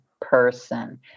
person